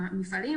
טבעי.